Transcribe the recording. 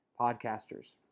podcasters